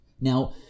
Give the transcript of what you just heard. Now